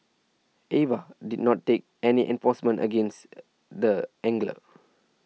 Ava did not take any enforcement against the angler